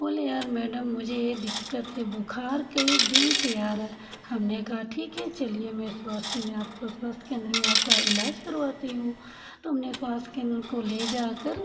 बोले यार मैडम मुझे ये दिक्कत है बुखार कई दिन से आ रहा है हमने कहा ठीक है चलिए मैं स्वास्थ्य में आपका स्वास्थ्य केंद्र में आपका इलाज करवाती हूँ तो हमने स्वास्थ्य केंद्र उनको ले जाकर